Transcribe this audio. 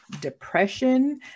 depression